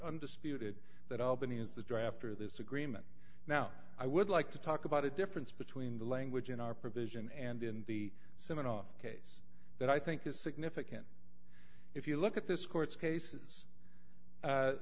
undisputed that albany is the draft or this agreement now i would like to talk about a difference between the language in our provision and in the siminoff case that i think is significant if you look at this court's cases